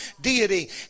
deity